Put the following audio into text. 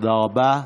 תודה רבה.